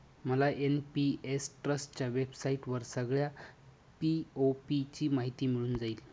मला एन.पी.एस ट्रस्टच्या वेबसाईटवर सगळ्या पी.ओ.पी ची माहिती मिळून जाईल